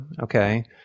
Okay